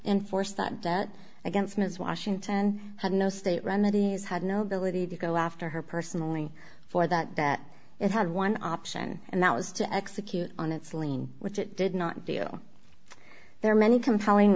enforce that that against ms washington had no state remedy as had no ability to go after her personally for that that it had one option and that was to execute on its lien which it did not feel there are many compelling